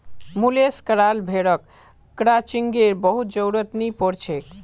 मुलेस कराल भेड़क क्रचिंगेर बहुत जरुरत नी पोर छेक